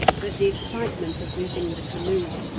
but the excitement of losing the canoe,